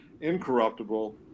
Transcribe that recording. incorruptible